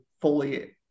fully